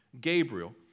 Gabriel